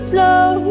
Slow